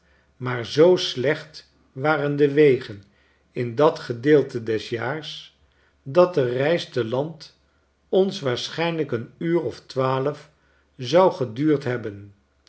maar zoo slecht waren de wegen in dat gedeelte des jaars dat de reis te land ons waarschijnlijk een uur of twaalf zou geduurd hebben